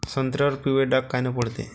संत्र्यावर पिवळे डाग कायनं पडते?